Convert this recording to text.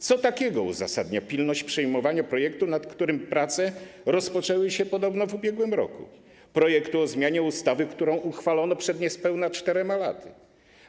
Co takiego uzasadnia pilność przyjmowania projektu, nad którym prace rozpoczęły się podobno w ub. r., projektu o zmianie ustawy, którą uchwalono niespełna 4 lata temu?